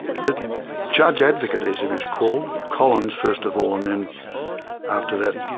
the judge advocate, as he was called, collins first of all and then after that